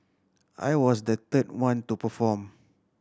I was the third one to perform